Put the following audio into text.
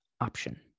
option